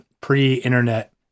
pre-internet